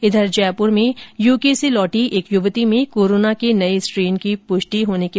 इधर जयपुर में यूके से लौटी एक युवती में कोरोना के नए स्ट्रेन की पुष्टि हुई है